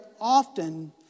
often